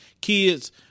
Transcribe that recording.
kids